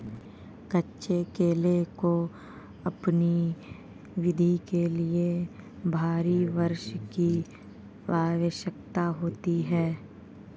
कच्चे केले को अपनी वृद्धि के लिए भारी वर्षा की आवश्यकता होती है